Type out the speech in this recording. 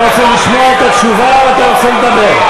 אתה רוצה לשמוע את התשובה או שאתה רוצה לדבר?